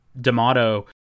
D'Amato